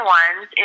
ones